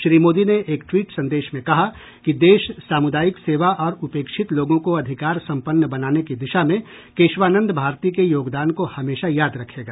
श्री मोदी ने एक ट्वीट संदेश में कहा कि देश सामूदायिक सेवा और उपेक्षित लोगों को अधिकार संपन्न बनाने की दिशा में केशवानंद भारती के योगदान को हमेशा याद रखेगा